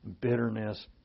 bitterness